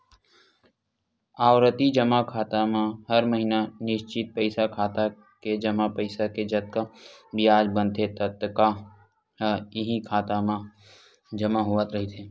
आवरती जमा खाता म हर महिना निस्चित पइसा खाता के जमा पइसा के जतका बियाज बनथे ततका ह इहीं खाता म जमा होवत रहिथे